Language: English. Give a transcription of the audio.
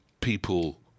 people